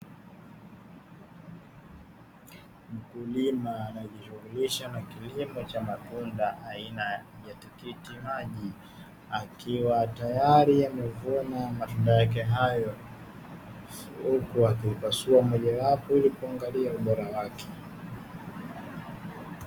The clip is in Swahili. Mkulima anajishughulisha na kilimo cha matunda aina ya tikitimaji, akiwa tayari amevuna matunda yake hayo huku akipasua moja wapo ili kuangalia ubora wake.